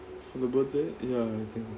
in my birthday ya I think